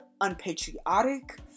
unpatriotic